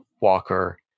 Walker